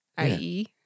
IE